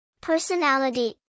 Personality